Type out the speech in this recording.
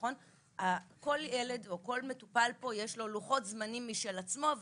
לכל מטופל יש לוחות זמנים משל עצמו,